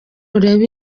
urebe